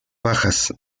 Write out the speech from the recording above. bajas